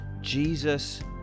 Jesus